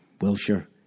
Wilshire